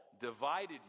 divided